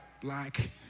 black